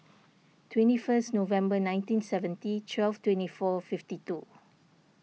twenty first November nineteen seventy twelve twenty four fifty two